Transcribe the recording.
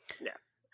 Yes